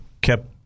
kept